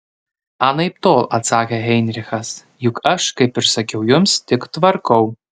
anaiptol atsakė heinrichas juk aš kaip ir sakiau jums tik tvarkau